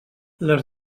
les